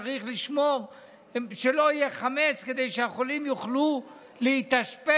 וצריך לשמור שלא יהיה חמץ כדי שהחולים יוכלו להתאשפז